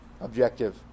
objective